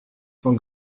sans